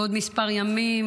בעוד כמה ימים